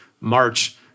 March